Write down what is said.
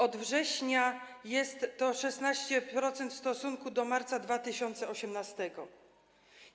Od września jest to 16% w stosunku do marca 2018 r.